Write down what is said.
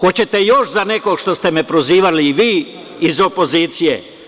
Hoćete još za nekog što ste me prozivali vi iz opozicije?